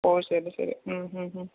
ഓ ശരി ശരി ഹും ഹൂ ഹും